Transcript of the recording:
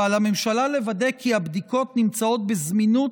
ועל הממשלה לוודא כי הבדיקות נמצאות בזמינות